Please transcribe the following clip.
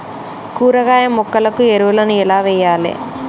కూరగాయ మొక్కలకు ఎరువులను ఎలా వెయ్యాలే?